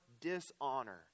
dishonor